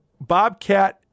Bobcat